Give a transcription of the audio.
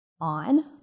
on